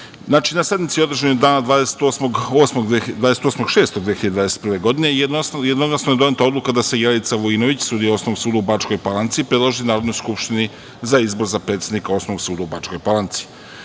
sednici održanoj dana 28.6.2021. godine jednoglasno je doneta odluka da se Jelica Vujinović, sudija Osnovnog suda u Bačkoj Palanci, predloži Narodnoj skupštini za izbor za predsednika Osnovnog suda u Bačkoj Palanci.